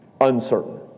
uncertain